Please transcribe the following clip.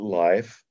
life